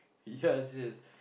yes yes